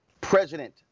President